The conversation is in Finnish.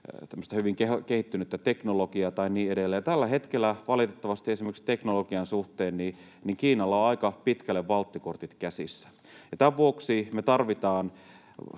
hyvin kehittynyttä teknologiaa tai niin edelleen, ja tällä hetkellä valitettavasti esimerkiksi teknologian suhteen Kiinalla on aika pitkälle valttikortit käsissään. Tämän vuoksi me tarvitsemme